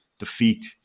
defeat